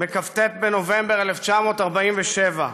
בכ"ט בנובמבר 1947,